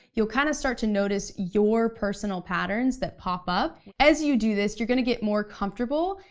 you'll kinda start to notice your personal patterns that pop up. as you do this, you're gonna get more comfortable,